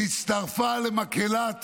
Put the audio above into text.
והצטרפה למקהלת